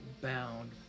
bound